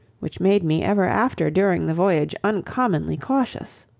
which made me ever after during the voyage uncommonly cautious.